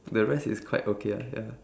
the rest is quite okay ah ya